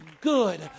good